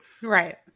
Right